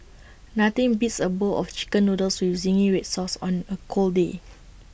nothing beats A bowl of Chicken Noodles with Zingy Red Sauce on A cold day